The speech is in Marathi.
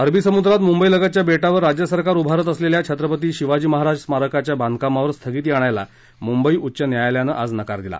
अरबी समुद्रात मुंबईलगतच्या बेटावर राज्य सरकार उभारत असलेल्या छत्रपती शिवाजी महाराज स्मारकाच्या बांधकामावर स्थगिती आणायला मुंबई उच्चन्यायालयानं आज नकार दिला